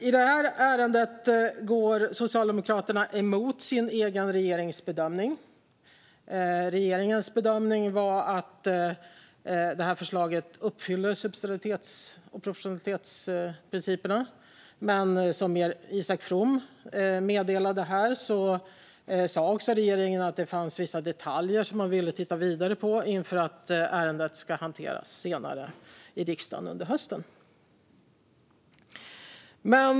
I detta ärende går Socialdemokraterna emot sin egen regerings bedömning. Regeringens bedömning var att förslaget uppfyller subsidiaritets och proportionalitetsprinciperna, men som Isak From meddelade här sa regeringen också att det fanns vissa detaljer som man ville titta vidare på inför ärendets hantering i riksdagen senare under hösten.